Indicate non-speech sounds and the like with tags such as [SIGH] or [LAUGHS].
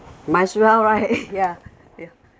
might as well right [LAUGHS] yeah yeah